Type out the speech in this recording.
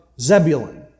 Zebulun